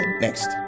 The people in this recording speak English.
next